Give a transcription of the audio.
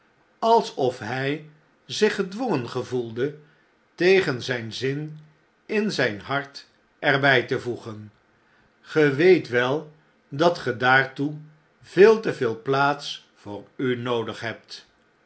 alsof hfl zich gedwongen gevoelde tegen zjjn zin in zjjn hart er bjj te voegen ge weet wel dat ge daartoe veel te veel plaats voor u noodig hebt